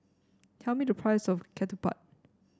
tell me the price of Ketupat